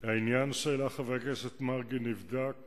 העניין שהעלה חבר הכנסת מרגי נבדק